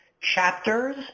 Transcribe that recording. chapters